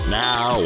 now